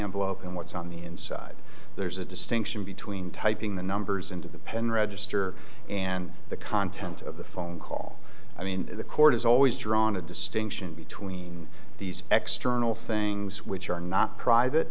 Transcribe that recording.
envelope and what's on the inside there's a distinction between typing the numbers into the pen register and the content of the phone call i mean the court is always drawn a distinction between these extra all things which are not private